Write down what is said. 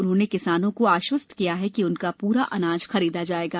उन्होंने किसानों को आश्वस्त किया कि उनका पूरा अनाज खरीदा जाएगा